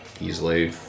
easily